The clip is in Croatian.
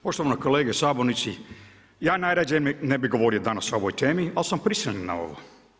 Poštovani kolege sabornici, ja najradije ne bi govorio danas o ovoj temi ali sam prisiljen na ovo.